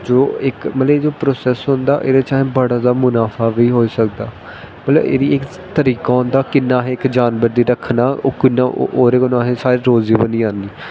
जो इक मतलब इ'यां प्रोसैस होंदा एह्दे च असें बड़ा जादा मनाफा बी होई सकदा मतलब एह्दा इक तरीका होंदा कियां असें इक जानवर गी रक्खना ओह् किन्ना ओह्दे कन्नै साढ़ी रोजी बनी जानी